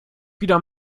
wieder